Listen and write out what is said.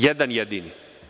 Jedan jedini.